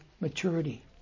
maturity